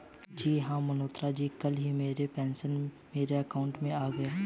जी हां मल्होत्रा जी कल ही मेरे पेंशन मेरे अकाउंट में आ गए